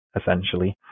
essentially